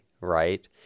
right